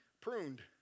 Pruned